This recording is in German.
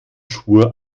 schwur